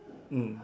mm